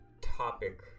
topic